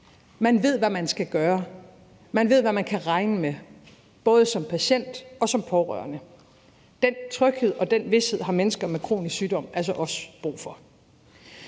Man ved, hvad man skal gøre, og man ved, hvad man kan regne med, både som patient og som pårørende. Den tryghed og den vished har mennesker med kronisk sygdom altså også brug for.